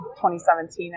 2017